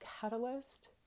catalyst